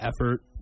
effort